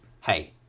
hey